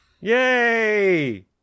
Yay